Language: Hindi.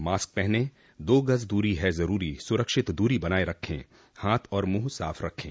मास्क पहनें दो गज़ दूरी है ज़रूरी सुरक्षित दूरी बनाए रखें हाथ और मुंह साफ़ रखें